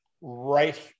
right